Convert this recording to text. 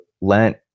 Lent